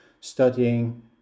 studying